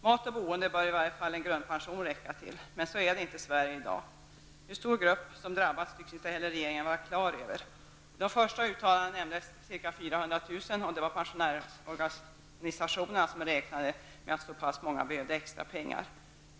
Mat och boende bör i varje fall en grundpension räcka till. Men så är det inte i Sverige i dag. Hur stor den grupp är som drabbats tycks inte heller regeringen vara klar över. I de första uttalandena nämndes ca 400 000 som pensionärsorganisationerna räknade med behövde extra pengar.